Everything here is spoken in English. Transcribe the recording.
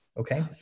Okay